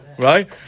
Right